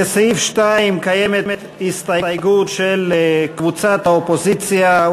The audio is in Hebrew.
לסעיף 2 קיימת הסתייגות של קבוצת האופוזיציה.